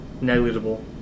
negligible